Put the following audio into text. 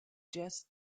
jazz